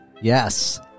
Yes